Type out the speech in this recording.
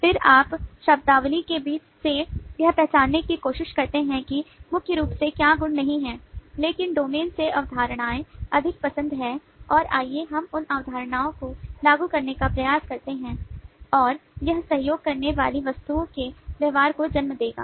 फिर आप शब्दावली के बीच से यह पहचानने की कोशिश करते हैं कि मुख्य रूप से क्या गुण नहीं हैं लेकिन डोमेन से अवधारणाएं अधिक पसंद हैं और आइए हम उन अवधारणाओं को लागू करने का प्रयास करते हैं और यह सहयोग करने वाली वस्तुओं के व्यवहार को जन्म देगा